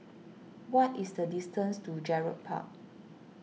what is the distance to Gerald Park